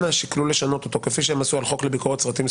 אנא שקלו לשנות אותו כפי שהם עשו לגבי חוק לביקורת סרטים,